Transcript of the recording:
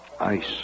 Ice